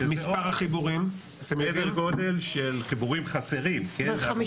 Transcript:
מספר החיבורים, סדר גודל של חיבורים חסרים, כן?